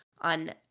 on